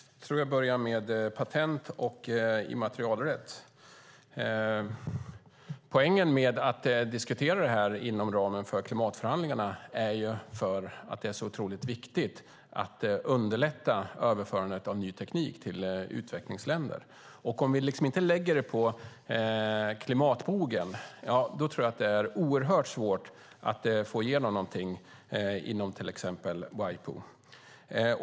Herr talman! Jag börjar med patent och immaterialrätt. Poängen med att diskutera det här inom ramen för klimatförhandlingarna är att det är så otroligt viktigt att underlätta överförandet av ny teknik till utvecklingsländer. Om vi inte lägger det på klimatbogen tror jag att det är oerhört svårt att få igenom någonting inom till exempel WIPO.